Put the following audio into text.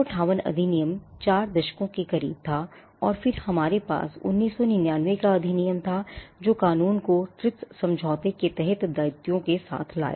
1958 अधिनियम 4 दशकों के करीब था और फिर हमारे पास 1999 का अधिनियम था जो कानून को TRIPS समझौते के तहत दायित्वों के साथ लाया